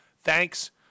thanks